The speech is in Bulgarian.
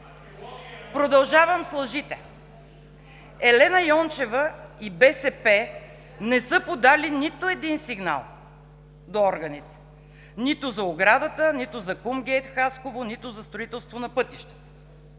Продължавам с лъжите. Елена Йончева и БСП не са подали нито един сигнал до органите – нито за оградата, нито за „Кумгейт“ – Хасково, нито за строителство на пътищата.